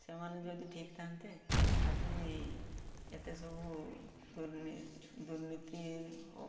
ସେମାନେ ଯଦି ଠିକ୍ ଥାନ୍ତେ ଆଜି ଏତେ ସବୁ ଦୁର୍ନୀତି